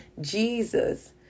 Jesus